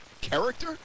character